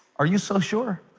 are you so sure